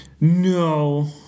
No